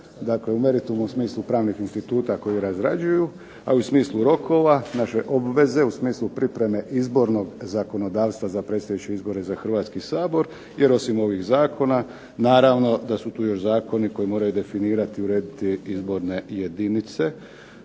u meritumu u smislu pravnih instituta koji razrađuju, a u smislu rokova naše obveze u smislu pripreme izbornog zakonodavstva za predstojeće izbore za HRvatski sabor, jer osim ovih zakona naravno da su tu još zakoni koji moraju urediti i definirati izborne jedinice